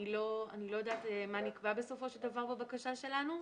אני לא יודעת מה נקבע בסופו של דבר בבקשה שלנו.